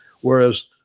Whereas